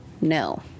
No